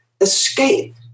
escape